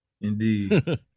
Indeed